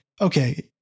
okay